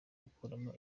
gukuramo